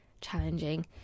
challenging